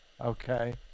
Okay